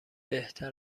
بهتر